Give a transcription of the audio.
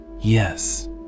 yes